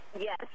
Yes